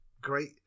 great